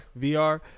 VR